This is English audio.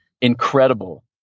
incredible